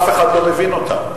אף אחד לא מבין אותן.